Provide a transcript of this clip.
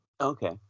Okay